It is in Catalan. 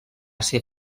ser